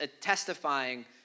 testifying